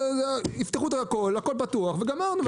יפתחו את הכול, הכול פתוח וגמרנו.